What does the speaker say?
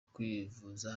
kwivuza